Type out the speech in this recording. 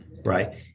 right